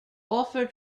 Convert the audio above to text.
offer